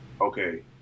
Okay